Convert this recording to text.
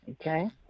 Okay